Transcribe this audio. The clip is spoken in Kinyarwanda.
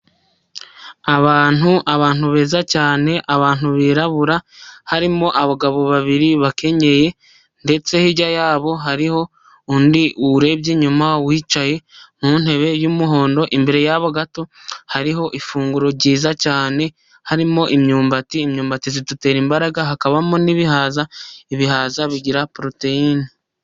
Abantu beza cyane abantu birabura harimo abagabo babiri bakenyeye, ndetse hirya yabo hariho undi urebye inyuma wicaye mu ntebe y'umuhondo. Imbere yabo gato hariho ifunguro ryiza cyane harimo imyumbati. Imyumbati zidutera imbaraga hakabamo n'ibihaza ibihaza bigira poroteyine.